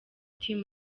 team